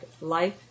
life